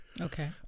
Okay